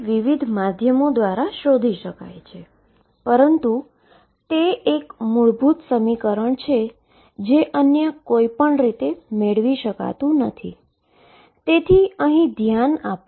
બીજી 1 ડાઈમેન્શનલ સમસ્યા છે કે જેનો જવાબ આપણે પહેલાથી જાણીએ છીએ